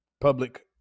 public –